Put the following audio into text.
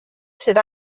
sydd